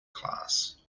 class